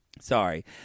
Sorry